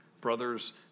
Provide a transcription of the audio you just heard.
brothers